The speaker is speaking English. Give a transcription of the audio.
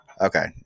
Okay